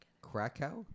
Krakow